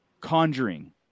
conjuring